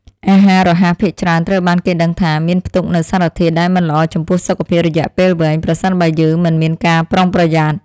អាហាររហ័សភាគច្រើនត្រូវបានគេដឹងថាមានផ្ទុកនូវសារធាតុដែលមិនល្អចំពោះសុខភាពរយៈពេលវែងប្រសិនបើយើងមិនមានការប្រុងប្រយ័ត្ន។